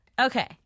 Okay